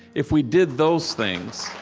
if we did those things,